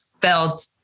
felt